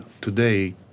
today